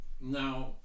Now